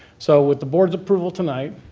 so with the board's approval tonight,